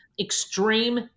extreme